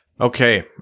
Okay